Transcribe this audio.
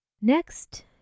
Next